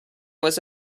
was